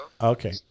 Okay